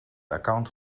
account